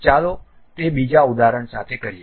ચાલો તે બીજા ઉદાહરણ સાથે કરીએ